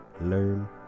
learn